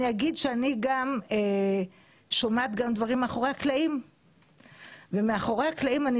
אני אגיד שאני שומעת גם דברים מאחורי הקלעים ומאחורי הקלעים אני